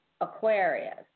Aquarius